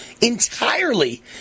entirely